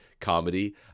comedy